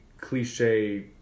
cliche